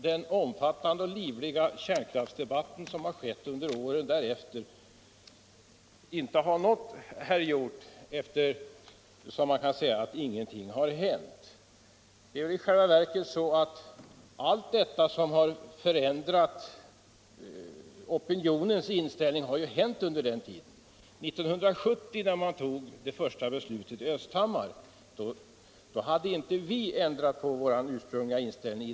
Den omfattande och livliga kärnkraftsdebatt som ägt rum under åren därefter måtte inte ha nått herr Hjorth, eftersom han kan säga att ingenting har hänt. Det är i själva verket så att allt det som förändrat opinionen har ju hänt under den här tiden. 1970 när man tog det första beslutet i Östhammar hade inte heller vi i den här kammaren ändrat vår ursprungliga inställning.